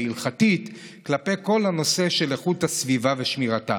ההלכתית כלפי כל הנושא של איכות הסביבה ושמירתה.